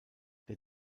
der